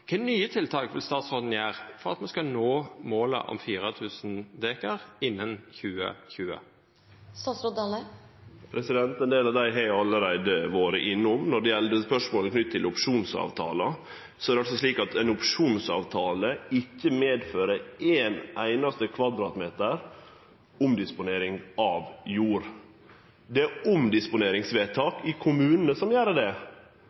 Kva nye tiltak vil statsråden innføra for at me skal nå målet om 4 000 dekar innan 2020? Ein del av dei har eg allereie vore innom. Når det gjeld spørsmålet om opsjonsavtaler, er det slik at ei opsjonsavtale ikkje medfører ein einaste kvadratmeter omdisponering av jord. Det er omdisponeringsvedtak i kommunane som gjer det.